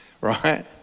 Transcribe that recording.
right